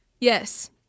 Yes